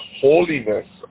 holiness